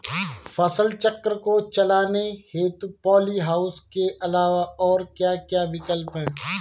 फसल चक्र को चलाने हेतु पॉली हाउस के अलावा और क्या क्या विकल्प हैं?